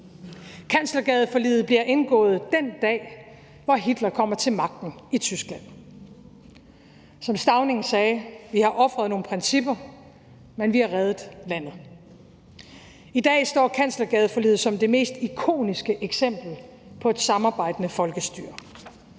Kanslergadeforliget bliver indgået den dag, hvor Hitler kommer til magten i Tyskland. Som Stauning sagde: Vi har ofret nogle principper, men vi har reddet landet. I dag står Kanslergadeforliget som det mest ikoniske eksempel på et samarbejdende folkestyre.